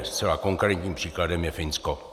Zcela konkrétním příkladem je Finsko.